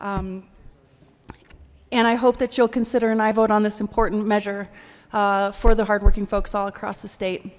six and i hope that you'll consider an aye vote on this important measure for the hard working folks all across the state